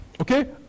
Okay